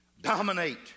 Dominate